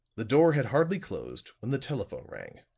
the door had hardly closed when the telephone rang.